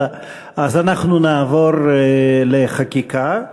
אנחנו נעבור לחקיקה.